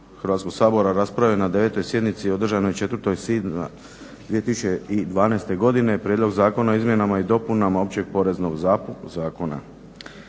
Hrvatskog sabora raspravio na 9. sjednici održanoj 04.05.2012. godine prijedlog Zakona o izmjenama i dopunama Općeg poreznog zakona.